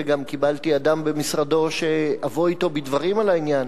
וגם קיבלתי אדם במשרדו שאבוא אתו בדברים על העניין,